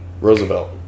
Roosevelt